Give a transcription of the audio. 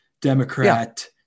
democrat